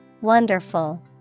Wonderful